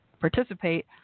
participate